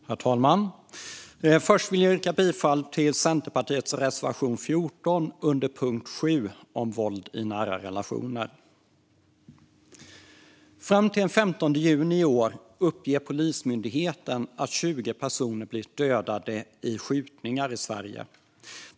Herr talman! Först vill jag yrka bifall till Centerpartiets reservation 14 under punkt 7 om våld i nära relationer. Fram till den 15 juni i år uppger Polismyndigheten att 20 personer blivit dödade i skjutningar i Sverige.